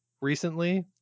recently